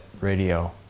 radio